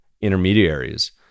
intermediaries-